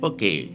Okay